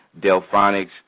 Delphonics